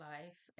Life